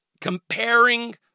comparing